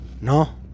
No